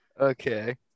Okay